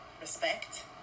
respect